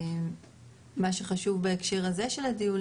מה שחשוב בהקשר הזה של הדיון,